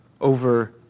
over